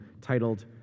titled